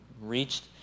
reached